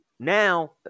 Now